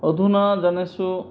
अधुना जनेषु